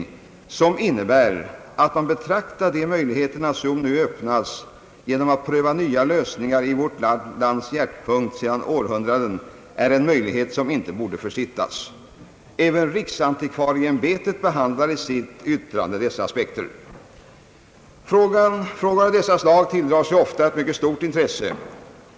Detta innebär att man beaktar de möjligheter som nu öppnas genom att pröva nya lösningar i vårt lands hjärtpunkt — ett tillfälle som inte borde försittas. även riksantikvarieämbetet behandlar i sitt yttrande dessa aspekter. Frågor av detta slag tilldrar sig ofta ett mycket stort intresse.